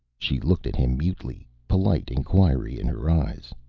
she looked at him mutely, polite inquiry in her eyes.